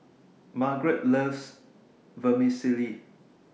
Margarette loves Vermicelli